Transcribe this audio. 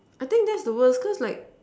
I think that's the worse cause like